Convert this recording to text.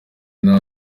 nta